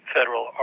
Federal